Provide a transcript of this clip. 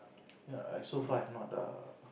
ya I so far I have not err